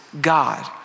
God